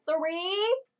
three